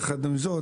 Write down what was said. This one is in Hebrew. יחד עם זאת,